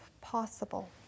Possible